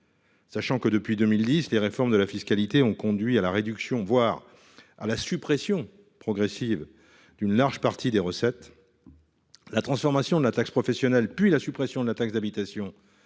sachant que, depuis 2010, les réformes de la fiscalité ont conduit à la réduction, voire à la suppression progressive d’une large partie des recettes. La transformation de la taxe professionnelle, puis la suppression de la taxe d’habitation